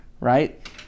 right